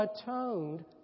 atoned